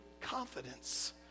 confidence